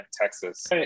Texas